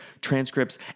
transcripts